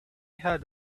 had